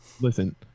Listen